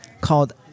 called